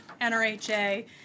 NRHA